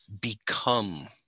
become